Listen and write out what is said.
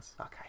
okay